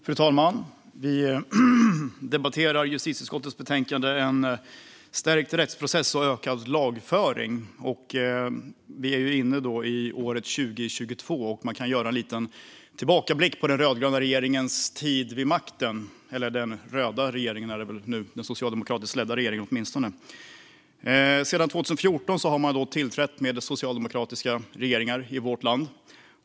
Fru talman! Vi debatterar justitieutskottets betänkande En stärkt rättsprocess och en ökad lagföring . Vi är inne i året 2022, och man kan göra en liten tillbakablick på den rödgröna regeringens tid vid makten. Nu är det den röda regeringen - den socialdemokratiskt ledda regeringen. Sedan 2014 har socialdemokratiskt ledda regeringar tillträtt i vårt land.